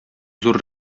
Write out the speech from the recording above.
зур